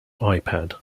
ipad